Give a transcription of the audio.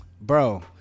bro